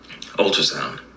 ultrasound